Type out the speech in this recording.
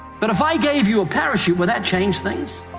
but if i gave you a parachute, would that change things?